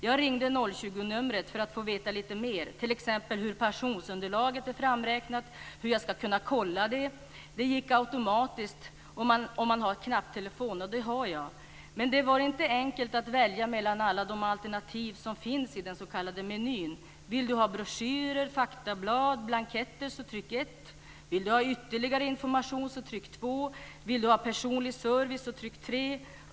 Jag ringde 020-numret för att få veta lite mer, t.ex. hur pensionsunderlaget är framräknat och hur jag skall kunna kolla det. Det gick automatiskt om man hade en knapptelefon, och det har jag. Men det var inte enkelt att välja mellan alla de alternativ som finns i den s.k. menyn. Vill du ha broschyrer, faktablad, blanketter så tryck 1, vill du ha ytterligare information så tryck 2. Vill du ha personlig service så tryck 3.